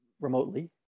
remotely